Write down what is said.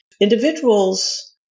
individuals